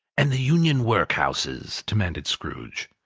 and the union workhouses? demanded scrooge.